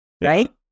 right